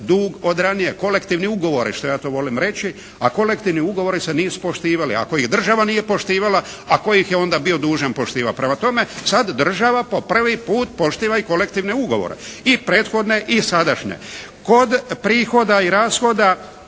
dug od ranije kolektivne ugovore što ja to volim reći, a kolektivni ugovori se nisu poštivali. Ako ih država nije poštivala, a tko ih je onda bio dužan poštivati. Prema tome, sad država po prvi put poštiva i kolektivne ugovore i prethodne i sadašnje. Kod prihoda i rashoda